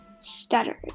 stuttered